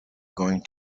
going